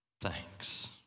thanks